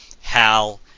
Hal